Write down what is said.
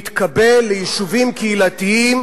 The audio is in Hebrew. להתקבל ליישובים קהילתיים.